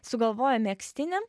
sugalvojo megztinį